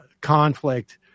conflict